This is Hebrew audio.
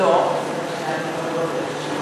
את לא מסכימה לזה, נכון?